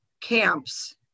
camps